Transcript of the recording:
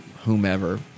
whomever